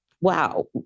wow